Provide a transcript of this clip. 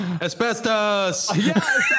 asbestos